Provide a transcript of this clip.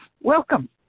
welcome